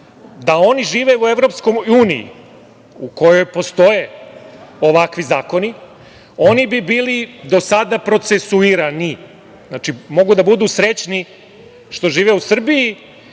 Da oni žive u EU u kojoj postoje ovakvi zakoni oni bi bili do sada procesuirani, mogu da budu srećni što žive u Srbiji